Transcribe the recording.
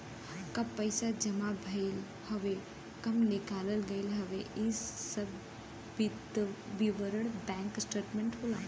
कब पैसा जमा भयल हउवे कब निकाल गयल हउवे इ सब विवरण बैंक स्टेटमेंट होला